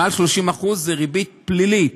מעל 30% זו ריבית פלילית,